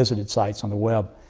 visited sites on the web,